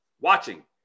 watching